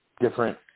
different